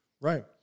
Right